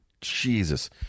Jesus